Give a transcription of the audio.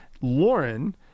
lauren